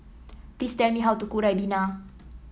please tell me how to cook ribena